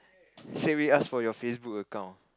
straight away ask for your Facebook account